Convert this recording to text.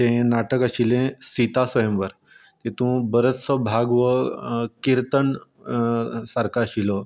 तें नाटक आशिल्लें सिता स्वयंवर तितून बरोचसो भाग हो किर्तन सारको आशिल्लो